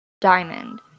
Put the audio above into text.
diamond